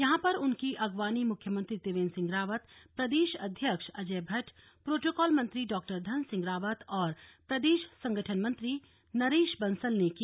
यहां पर उनकी अगवानी मुख्यमंत्री त्रिवेंद्र सिंह रावत प्रदेश अध्यक्ष अजय भटृट प्रोटोकॉल मंत्री डॉ धन सिंह रावत और प्रदेश संगठन मंत्री नरेश बंसल ने की